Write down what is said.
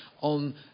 on